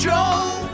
Joe